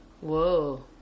Whoa